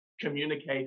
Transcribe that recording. communicate